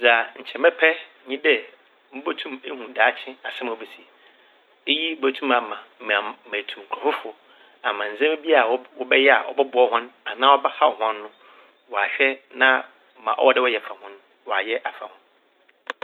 Dza nkyɛ mɛpɛ nye dɛ mobotum ehu daakye asɛm a obesi. Iyi botum ama metu nkorɔfo fo ama ndzɛmba bi a wɔbɛ-wɔbɛyɛ a ɔbɔboa hɔn anaa ɔbɛhaw hɔn no wɔahwɛ na ma ɔwɔ dɛ wɔyɛ fa ho no wɔayɛ afa ho.